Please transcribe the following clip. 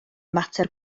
mater